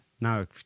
Now